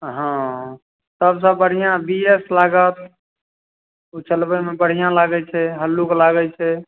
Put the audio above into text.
हँ सबसँ बढ़िआँ बी एस लागत उ चलबयमे बढ़िआँ लागय छै हल्लूक लागय छै